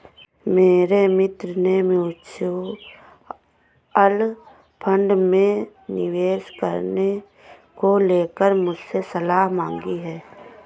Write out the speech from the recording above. मेरे मित्र ने म्यूच्यूअल फंड में निवेश करने को लेकर मुझसे सलाह मांगी है